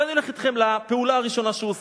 ואני הולך אתכם לפעולה הראשונה שהוא עושה.